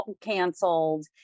canceled